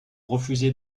refusez